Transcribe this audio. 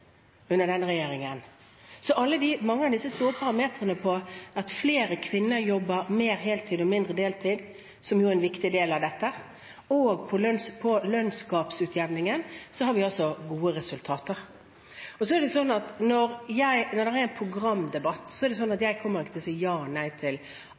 under denne regjeringen. Så på mange av de store parameterne på at flere kvinner jobber mer heltid og mindre deltid, som jo er en viktig del av dette, og på lønnsgaputjevningen har vi gode resultater. Når det er en programdebatt, er det sånn at jeg ikke kommer til å si ja eller nei til alle forslagene som er. Noen forslag i Høyres programarbeid er gode, noen er ikke så